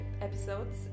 episodes